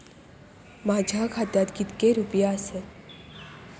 माझ्या खात्यात कितके रुपये आसत?